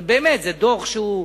הרי באמת, זה דוח שהוא,